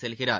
செல்கிறார்